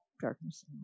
darkness